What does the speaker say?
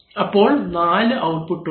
അപ്പോൾ നാലു ഔട്ട്പുട്ട് ഉണ്ട്